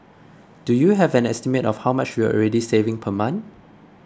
do you have an estimate of how much you're already saving per month